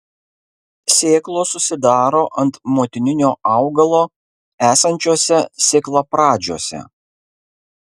sėklos susidaro ant motininio augalo esančiuose sėklapradžiuose